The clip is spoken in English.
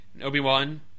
Obi-Wan